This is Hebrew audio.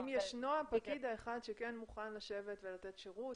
אם יש את הפקיד האחד שכן מוכן לשבת ולתת שירות,